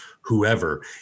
whoever